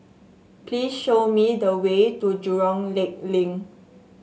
please show me the way to Jurong Lake Link